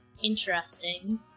interesting